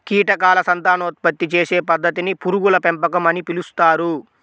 కీటకాల సంతానోత్పత్తి చేసే పద్ధతిని పురుగుల పెంపకం అని పిలుస్తారు